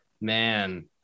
man